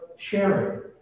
Sharing